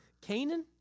Canaan